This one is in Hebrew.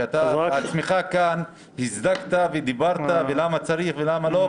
שאתה בעצמך כאן הצדקת ודיברת למה צריך ולמה לא.